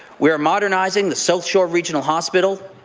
we are modernizing the south shore regional hospital,